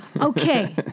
Okay